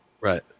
Right